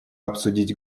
обсудить